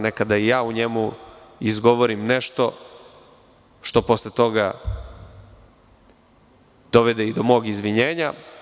Nekada i ja u njemu izgovorim nešto što posle toga dovede i do mog izvinjenja.